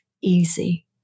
easy